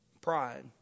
Pride